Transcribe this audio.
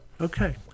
okay